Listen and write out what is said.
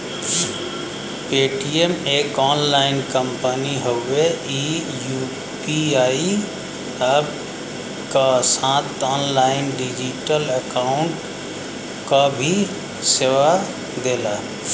Paytm एक online company हउवे ई यू.पी.आई अप्प क साथ ऑनलाइन डिजिटल अकाउंट क भी सेवा देला